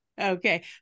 okay